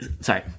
sorry